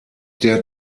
der